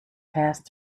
passed